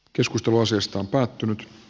keskustelu asiasta on päättynyt v